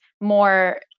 more